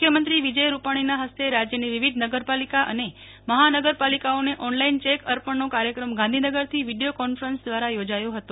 મુખ્યમંત્રી વિજય રૂપાણીન હસ્તે રાજ્યની વિવિધ નગરપાલીકા અને મહાનગરપાલીકાઓને ઓનલાઈન ચેક અર્પણનો કાર્યક્રમ ગાંધીનગરથી વિડીયો કોન્ફરન્સ દ્વારા યોજાયો હતો